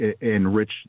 enrich